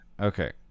okay